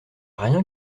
rien